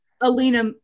Alina